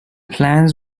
plans